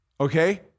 Okay